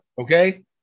okay